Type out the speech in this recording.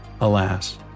Alas